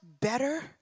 better